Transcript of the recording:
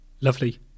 Lovely